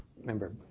Remember